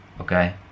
Okay